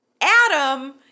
Adam